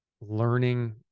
learning